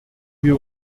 wir